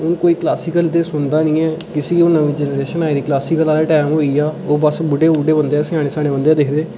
नेईं ऐ हून जेह्ड़ी नमीं जनरेशन आई दी क्लासिकल आह्ला टाइम होई गेआ उसी हून बुड्ढे बुड्डे स्याने बंदे गै दिखदे